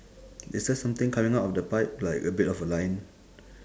is there something coming out of the pipe like a bit of a line